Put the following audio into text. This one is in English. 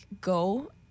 go